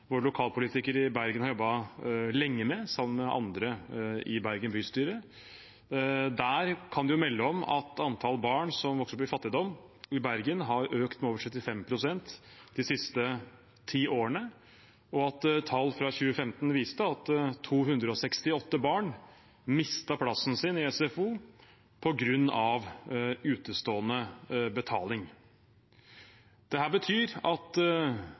lokalpolitiker i Bergen har jobbet lenge med, sammen med andre i Bergen bystyre. Der kan de melde om at antallet barn som vokser opp i fattigdom i Bergen, har økt med over 35 pst. de siste ti årene, og at tall fra 2015 viste at 268 barn mistet plassen sin i SFO på grunn av utestående betaling. Dette betyr at